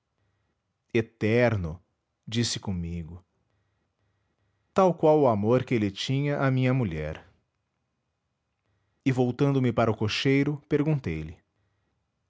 eterno disse comigo tal qual o amor que ele tinha a minha mulher e voltando me para o cocheiro perguntei-lhe o que